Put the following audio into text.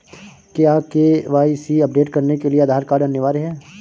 क्या KYC update करने के लिए आधार कार्ड अनिवार्य है?